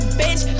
bitch